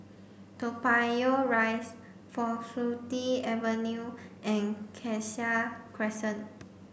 Toa Payoh Rise Faculty Avenue and Cassia Crescent